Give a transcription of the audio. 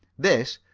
this,